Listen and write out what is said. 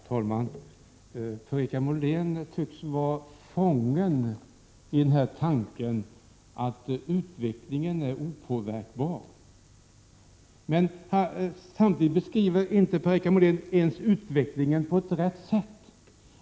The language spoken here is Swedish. Herr talman! Per-Richard Molén tycks vara fången i tanken att utvecklingen är opåverkbar. Men han beskriver inte ens utvecklingen på ett riktigt sätt.